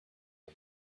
him